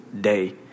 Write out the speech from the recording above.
day